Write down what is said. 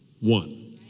one